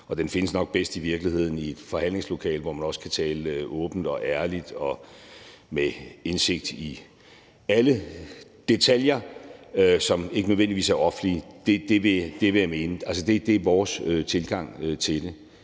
den findes i virkeligheden nok bedst i et forhandlingslokale, hvor man også kan tale åbent og ærligt og få indsigt i alle detaljer, som ikke nødvendigvis er offentligt tilgængelige. Det vil jeg mene. Det er vores tilgang til det.